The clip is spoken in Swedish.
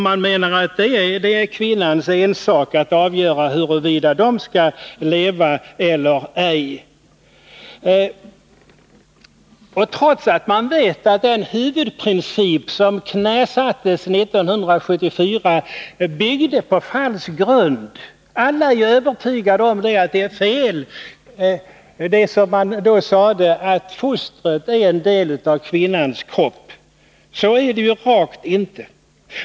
Man menar att det är kvinnornas ensak att avgöra huruvida de skall leva eller ej — trots att man vet att den huvudprincip som knäsattes 1974 byggde på falsk grund. Alla är övertygade om att det man då sade var fel, dvs. att fostret är en del av kvinnans kropp. Så är det ju rakt inte.